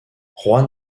juan